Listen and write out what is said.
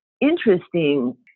interesting